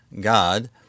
god